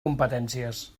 competències